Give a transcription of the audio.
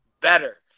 better